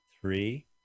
Three